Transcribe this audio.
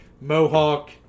Mohawk